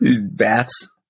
Bats